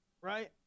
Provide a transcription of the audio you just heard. Right